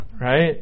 right